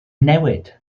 newid